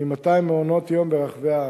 מ-200 מעונות יום ברחבי הארץ.